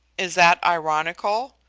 is that ironical?